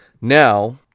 now